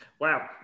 wow